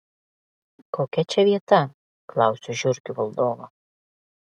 kokia čia vieta klausiu žiurkių valdovą